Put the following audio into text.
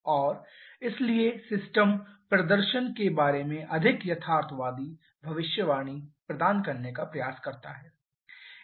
और इसलिए सिस्टम प्रदर्शन के बारे में अधिक यथार्थवादी भविष्यवाणी प्रदान करने का प्रयास करता है